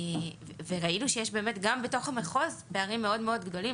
ראינו שגם בתוך המחוז יש פערים מאוד-מאוד גדולים.